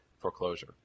foreclosure